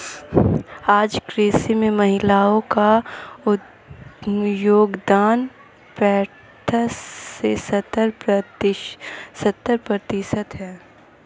आज कृषि में महिलाओ का योगदान पैसठ से सत्तर प्रतिशत है